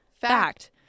Fact